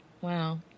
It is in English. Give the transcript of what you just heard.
Wow